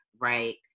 right